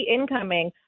incoming